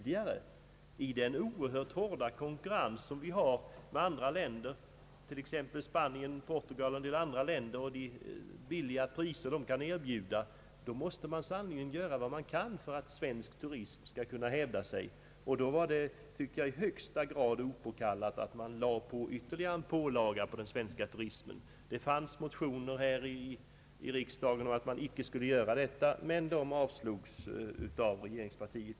I den hårda konkurrens som vi har med andra länder — t.ex. Spanien och Portugal — och med de låga priser som dessa länder kan erbjuda måste vi sannerligen göra vad vi kan för att svensk turism skall kunna hävda sig. Under sådana förhållanden tycker jag att det var i högsta grad opåkallat att lägga ytterligare en pålaga på den svenska turismen. Det förelåg motioner i riksdagen om att så inte borde ske, men de avslogs givetvis av regeringspartiet.